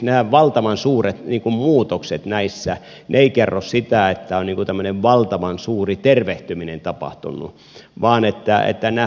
nämä valtavan suuret muutokset näissä eivät kerro sitä että on tämmöinen valtavan suuri tervehtyminen tapahtunut